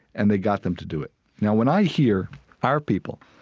and they got them to do it now when i hear our people